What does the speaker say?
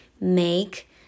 make